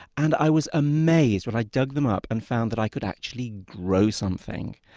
and i was amazed when i dug them up and found that i could actually grow something.